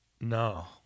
No